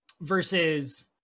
versus